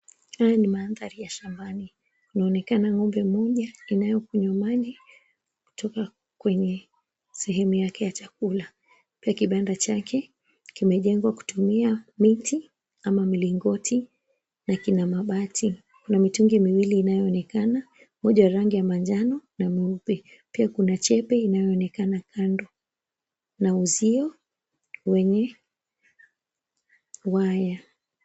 Haya ni mandhari ya shambani. Kunaonekana ng'ombe moja inayokunywa maji kutoka kwenye sehemu yake ya chakula. Pia kibanda chake kimejengwa kutumia miti ama mlingoti na kina mabati. Kuna mitungi miwili inayoonekana, moja rangi ya manjano na mweupe. Pia kuna chembe inayoonekana kando na uzio wenye waya.